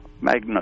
magnet